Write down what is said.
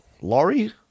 Laurie